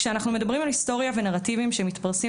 שאנחנו מדברים על היסטוריה ונרטיבים שמתפרסים